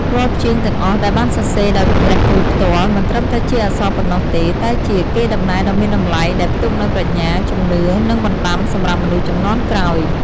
រាល់ព្យាង្គទាំងអស់ដែលបានសរសេរដោយព្រះគ្រូផ្ទាល់ មិនត្រឹមតែជាអក្សរប៉ុណ្ណោះទេ តែជា កេរដំណែលដ៏មានតម្លៃ ដែលផ្ទុកនូវប្រាជ្ញា ជំនឿ និងបណ្តាំសម្រាប់មនុស្សជំនាន់ក្រោយ។